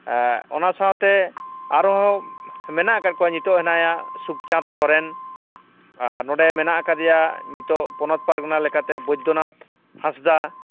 ᱚᱱᱟ ᱥᱟᱶᱛᱮ ᱟᱨᱦᱚᱸ ᱢᱮᱱᱟᱜ ᱟᱠᱟᱫ ᱠᱚᱣᱟ ᱱᱤᱛᱚᱜ ᱦᱮᱱᱟᱭᱟ ᱥᱩᱠᱪᱟᱸᱫ ᱥᱚᱨᱮᱱ ᱟᱨ ᱱᱚᱰᱮ ᱢᱮᱱᱟᱜ ᱟᱠᱟᱫᱮᱭᱟ ᱱᱤᱛᱚᱜ ᱯᱚᱱᱚᱛ ᱯᱟᱨᱜᱟᱱᱟ ᱞᱮᱠᱟᱛᱮ ᱵᱚᱫᱽᱫᱚᱱᱟᱛᱷ ᱦᱟᱸᱥᱫᱟᱜ